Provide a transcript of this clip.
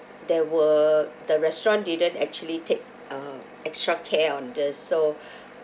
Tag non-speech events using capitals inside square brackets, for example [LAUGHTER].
there were the restaurant didn't actually take uh extra care on this so [BREATH]